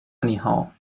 anyhow